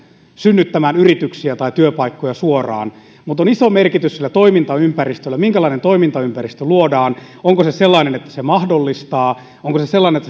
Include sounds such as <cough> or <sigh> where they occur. synnyttämään yrityksiä tai työpaikkoja suoraan mutta on iso merkitys sillä toimintaympäristöllä minkälainen toimintaympäristö luodaan onko se sellainen että se mahdollistaa onko se sellainen <unintelligible>